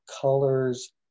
colors